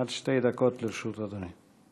עד שתי דקות לרשות אדוני.